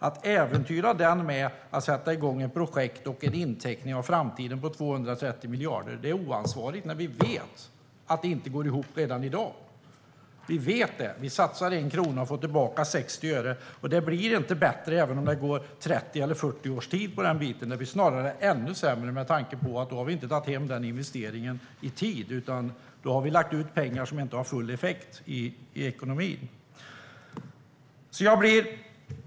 Att äventyra den med att sätta igång ett projekt och en inteckning av framtiden på 230 miljarder är oansvarigt när vi redan i dag vet att det inte går ihop. Vi vet det. Vi satsar 1 krona och får tillbaka 60 öre, och det blir inte bättre även om det går 30 eller 40 år, utan det blir snarare ännu sämre med tanke på att vi då inte har tagit hem den investeringen i tid utan lagt ut pengar som inte har full effekt i ekonomin.